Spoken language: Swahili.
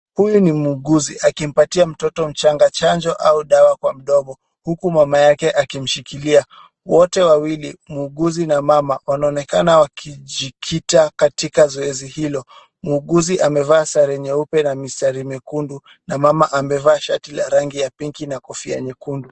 Huyu ni muuguzi akimpatia mtoto mchanga chanjo au dawa kwa mdomo huku mama akimshikilia. Wote wawili, muuguzi na mama, waaonekana wakijikita katika zoezi hilo. Muuguzi amevaa sare nyupe na mistari yekundu na mama amevaa shati la shati la rangi ya pinki na kofia nekundu.